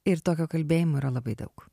ir tokio kalbėjimo yra labai daug